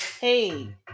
hey